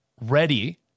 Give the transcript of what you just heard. ready